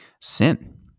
sin